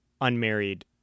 unmarried